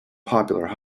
popular